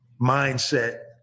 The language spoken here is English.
mindset